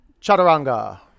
Chaturanga